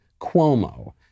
Cuomo